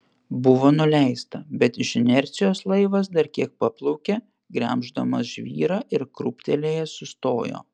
buvo nuleista bet iš inercijos laivas dar kiek paplaukė gremždamas žvyrą ir krūptelėjęs sustojo